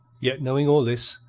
yet, knowing all this,